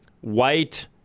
white